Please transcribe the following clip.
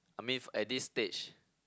I mean f~ at this stage